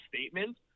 statement